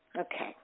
okay